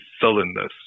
sullenness